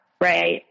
right